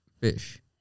fish